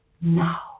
Now